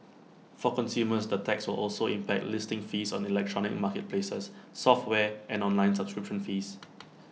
for consumers the tax will also impact listing fees on electronic marketplaces software and online subscription fees